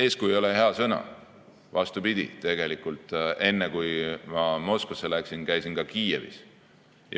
"Eeskuju" ei ole hea sõna, vastupidi. Tegelikult enne, kui ma Moskvasse läksin, käisin ma Kiievis